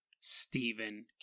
Stephen